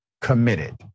committed